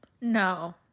no